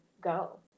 go